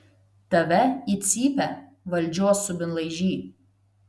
tave į cypę valdžios subinlaižy